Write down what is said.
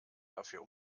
dafür